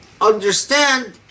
understand